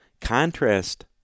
contrast